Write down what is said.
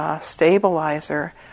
stabilizer